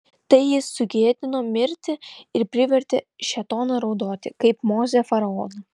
tai jis sugėdino mirtį ir privertė šėtoną raudoti kaip mozė faraoną